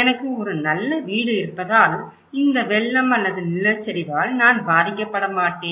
எனக்கு ஒரு நல்ல வீடு இருப்பதால் இந்த வெள்ளம் அல்லது நிலச்சரிவால் நான் பாதிக்கப்பட மாட்டேன்